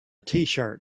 tshirt